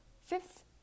fifth